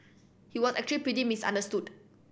he were actually pretty misunderstood